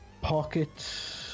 Pocket